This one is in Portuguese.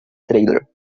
trailer